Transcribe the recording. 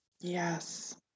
Yes